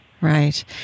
right